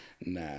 Nah